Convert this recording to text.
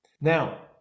now